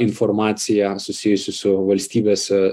informacija susijusi su valstybėse